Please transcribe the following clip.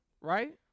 right